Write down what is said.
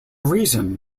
reason